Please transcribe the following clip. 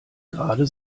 gerade